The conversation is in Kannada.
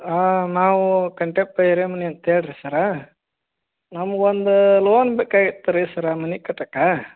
ಹಾಂ ನಾವು ಕಂಟೆಪ್ಪ ಹಿರೇಮನಿ ಅಂತೇಳಿ ರೀ ಸರ್ರ ನಮ್ಗೆ ಒಂದು ಲೋನ್ ಬೇಕಾಗಿತ್ತು ರೀ ಸರ್ರ ಮನೆ ಕಟ್ಟಕ್ಕೆ